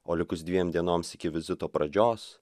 o likus dviem dienoms iki vizito pradžios